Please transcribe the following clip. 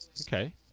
okay